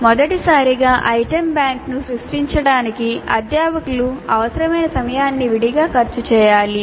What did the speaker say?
మొదటిసారిగా ఐటమ్ బ్యాంక్ను సృష్టించడానికి అధ్యాపకులు అవసరమైన సమయాన్ని విడిగా ఖర్చు చేయాలి